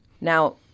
Now